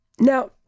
Now